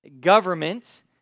government